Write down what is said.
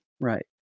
Right